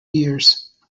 years